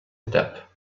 étapes